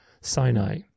Sinai